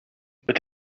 but